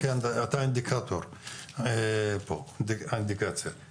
כי אתה אינדיקטור האינדיקציה פה.